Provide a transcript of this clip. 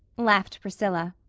laughed priscilla.